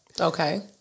Okay